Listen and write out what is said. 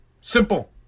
simple